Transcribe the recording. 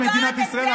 הרסתם את מדינת ישראל.